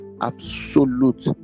absolute